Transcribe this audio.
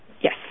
Yes